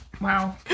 Wow